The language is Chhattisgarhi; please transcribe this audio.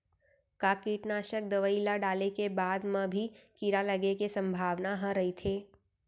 का कीटनाशक दवई ल डाले के बाद म भी कीड़ा लगे के संभावना ह रइथे?